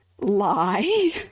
lie